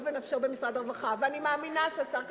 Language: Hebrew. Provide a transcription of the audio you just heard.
אני יודעת שהשר כחלון,